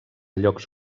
llocs